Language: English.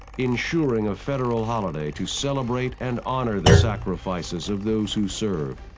ensuring a federal holiday to celebrate and honor the sacrifices of those who serve.